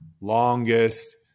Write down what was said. longest